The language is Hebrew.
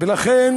ולכן